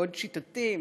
מאוד שיטתי,